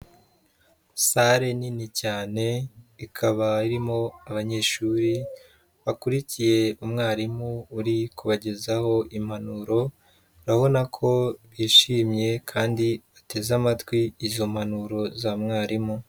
Sale nini cyane, ikaba irimo abanyeshuri bakurikiye umwarimu uri kubagezaho impanuro, urabona ko bishimye kandi bateze amatwi izo mpanuro za mwarimu.